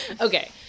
Okay